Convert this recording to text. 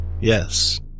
Yes